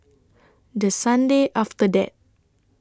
The Sunday after that